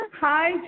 Hi